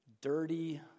dirty